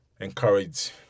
encourage